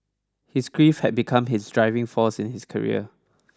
his grief had become his driving force in his career